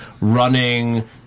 running